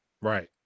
Right